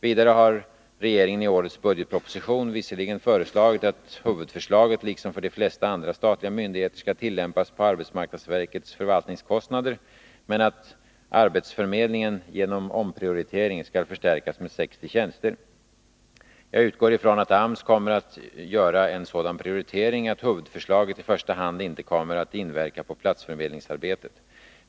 Vidare har regeringen i årets budgetproposition visserligen föreslagit att huvudförslaget liksom för de flesta andra statliga myndigheter skall tillämpas på arbetsmarknadsverkets förvaltningskostnader men att arbetsförmedlingen genom omprioritering skall förstärkas med 60 tjänster. Jag utgår från att AMS kommer att göra en sådan prioritering att huvudförslaget i första hand inte kommer att inverka på platsförmedlingsarbetet.